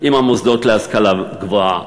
עם המוסדות להשכלה גבוהה,